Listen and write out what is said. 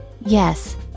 Yes